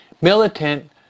Militant